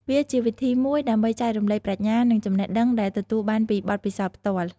វាជាវិធីមួយដើម្បីចែករំលែកប្រាជ្ញា និងចំណេះដឹងដែលទទួលបានពីបទពិសោធន៍ផ្ទាល់។